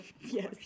Yes